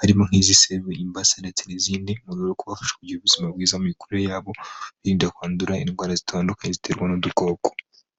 harimo nk'iz’iseru, Imbasa ndetse n'izindi. Mu rwego rwo kubafasha kugira ubuzima bwiza mu mikurire yabo, birinda kwandura indwara zitandukanye ziterwa n'udukoko.